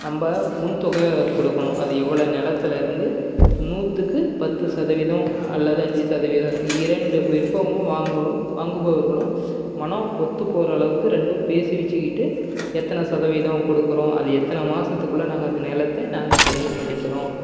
நம்ம முன் தொகையை கொடுக்கணும் அது எவ்வளோ நிலத்துலருந்து நூற்றுக்கு பத்து சதவீதம் அல்லது அஞ்சு சதவீத இரண்டு விற்பவங்களும் வாங்குகிறவங்களும் வாங்குபவர்களும் மனம் ஒத்து போகிற அளவுக்கு ரெண்டும் பேசி வச்சுக்கிட்டு எத்தனை சதவீதம் கொடுக்குறோம் அது எத்தனை மாதத்துக்குள்ள நாங்கள் அதை நிலத்த நாங்கள் கெரயம் பண்ணிக்கிறோம்